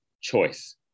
choice